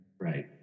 Right